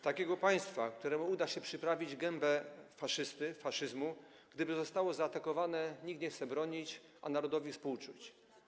Takiego państwa, któremu uda się przyprawić gębę faszyzmu, gdyby zostało zaatakowane, nikt nie chce bronić, a narodowi współczuć.